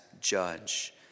judge